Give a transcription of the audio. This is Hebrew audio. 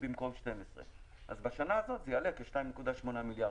במקום 12. אז בשנה הזאת זה יעלה כ-1.8 מיליארד